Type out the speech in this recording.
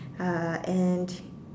uh and